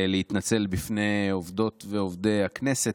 להתנצל בפני עובדות ועובדי הכנסת,